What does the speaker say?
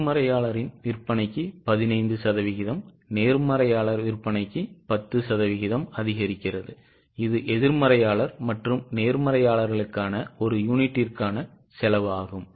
எதிர்மறையாளர் இன் விற்பனைக்கு 15 சதவிகிதம் நேர்மறையாளர் விற்பனைக்கு 10 சதவிகிதம் அதிகரிக்கிறது இது எதிர்மறையாளர் மற்றும் நேர்மறையாளர்களுக்கான ஒரு யூனிட்டிற்கான செலவு ஆகும்